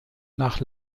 nach